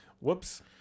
whoops